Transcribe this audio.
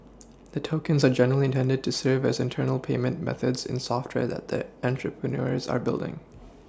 the tokens are generally intended to serve as internal payment methods in software that the entrepreneurs are building